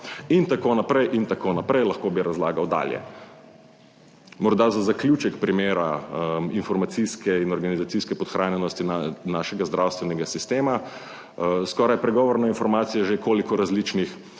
in tako naprej in tako naprej. Lahko bi razlagal dalje. Morda za zaključek primera informacijske in organizacijske podhranjenosti našega zdravstvenega sistema. Skoraj pregovorna informacije že, koliko različnih